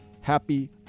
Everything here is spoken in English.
happy